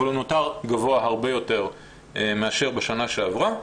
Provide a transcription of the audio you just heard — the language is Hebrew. אבל הוא נותר גבוה הרבה יותר מאשר בשנה שעברה.